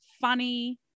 funny